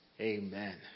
Amen